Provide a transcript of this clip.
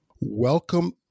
welcome